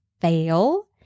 fail